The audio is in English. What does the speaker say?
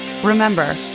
Remember